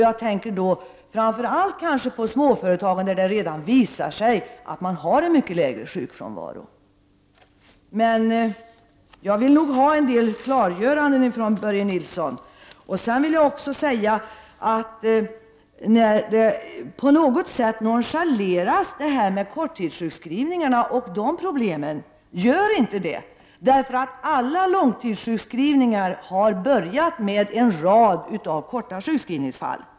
Jag tänker då framför allt på småföretagen, där det redan visar sig att man har en mycket lägre sjukfrånvaro. Jag vill alltså ha en del klargöranden från Börje Nilsson. På något sätt nonchaleras korttidssjukskrivningarna och de problem som är förknippade med dem. Gör inte det! Alla långtidssjukskrivningar har börjat med en rad korta sjukskrivningsfall.